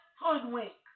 hoodwink